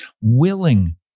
willing